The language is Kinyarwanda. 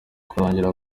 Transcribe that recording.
kurangira